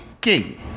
King